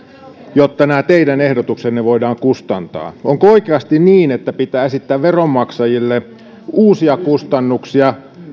jotta nämä teidän ehdotuksenne voidaan kustantaa onko oikeasti niin että pitää esittää veronmaksajille uusia kustannuksia